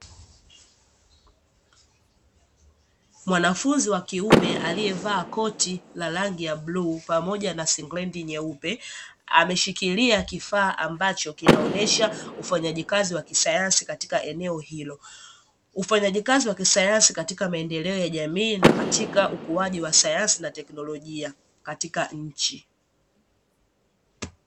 Mwanafunzi wa kiume aliyevaa koti la rangi ya bluu pamoja na singirendi ya rangi nyeupe ameshikilia kifaa ambacho kinaonyesha ufanyaji kazi wa kisayansi katika eneo hilo, ufanyaji kazi wa kisayansi katika maendeleo ya jamii na katika ukuwaji wa sayansi na teknolojia katika nchi.